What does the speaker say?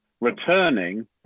returning